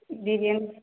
ଦୁଇ ଦିନ